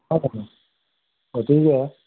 অঁ গতিকে